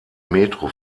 metro